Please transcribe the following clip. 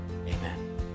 Amen